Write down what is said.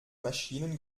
maschinen